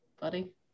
buddy